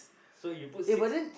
so you put six